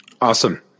Awesome